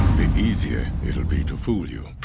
the easier it'll be to fool you.